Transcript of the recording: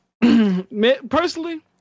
personally